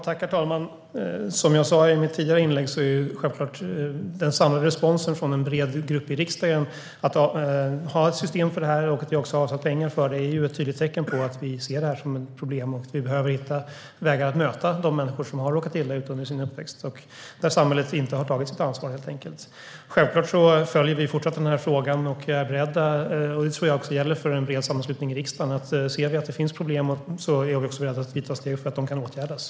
Herr talman! Som jag sa i mitt tidigare inlägg är den samlade responsen från en bred grupp i riksdagen självklart att vi ska ha ett system för detta, och att vi har avsatt pengar för det är ett tydligt tecken på att vi ser det här som ett problem. Vi behöver hitta vägar för att möta de människor som har råkat illa ut under sin uppväxt när samhället helt enkelt inte har tagit sitt ansvar. Självklart fortsätter vi att följa frågan, och ser vi att det finns problem är vi också beredda att ta steg för att de ska kunna åtgärdas. Det tror jag också gäller för en bred sammanslutning i riksdagen.